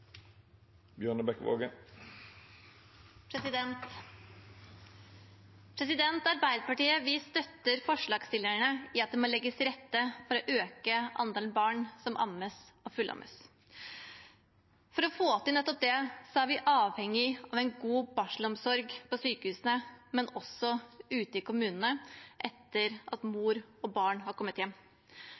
støtter forslagsstillerne i at det må legges til rette for å øke andelen barn som ammes og fullammes. For å få til nettopp det er vi avhengig av en god barselomsorg på sykehusene, men også ute i kommunene etter at mor og barn har kommet hjem.